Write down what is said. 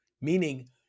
Meaning